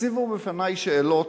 הציבו בפני שאלות,